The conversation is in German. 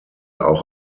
auch